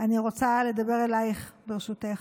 אני רוצה לדבר אליך, ברשותך.